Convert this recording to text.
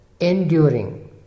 enduring